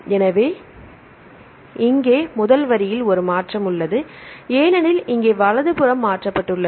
எனவே இங்கே முதல் வரிசையில் ஒரு மாற்றம் உள்ளது ஏனெனில் இங்கே வலதுபுறம் மாற்றப்பட்டுள்ளது